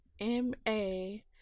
M-A